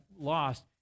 lost